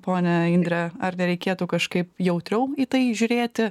ponia indre ar nereikėtų kažkaip jautriau į tai žiūrėti